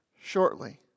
shortly